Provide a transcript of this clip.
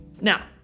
Now